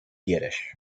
yiddish